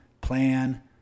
plan